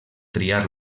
triar